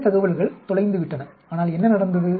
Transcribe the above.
சில தகவல்கள் தொலைந்துவிட்டன ஆனால் என்ன நடந்தது